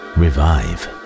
revive